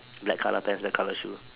black colour pants black colour shoe